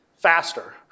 faster